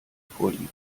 vorliegen